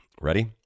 Ready